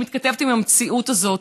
שמתכתבת עם המציאות הזאת.